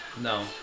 No